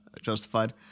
justified